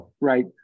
Right